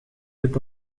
dit